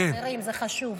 חברים, זה חשוב.